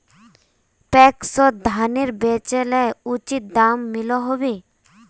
पैक्सोत धानेर बेचले उचित दाम मिलोहो होबे?